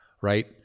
right